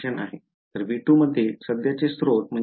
तर V2 मध्ये सध्याचे स्त्रोत 0 आहे